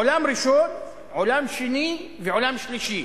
עולם ראשון, עולם שני ועולם שלישי,